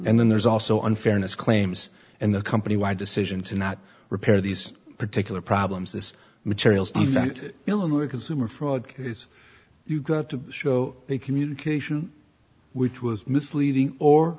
and then there's also unfairness claims in the company why decision to not repair these particular problems this material event illinois consumer fraud case you've got to show a communication which was misleading or